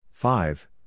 Five